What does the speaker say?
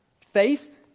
faith